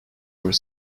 were